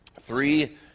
three